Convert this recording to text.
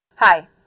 Hi